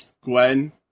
Gwen